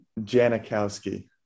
Janikowski